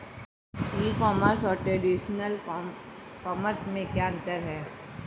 ई commerce और traditional commerce में क्या अंतर है?